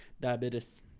diabetes